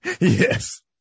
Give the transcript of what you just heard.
Yes